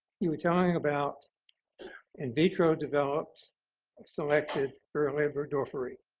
you were telling about in vitro developed selected borrelia burgdorferi.